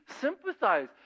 sympathize